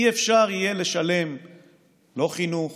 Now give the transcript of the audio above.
אי-אפשר יהיה לשלם לא חינוך